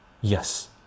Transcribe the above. yes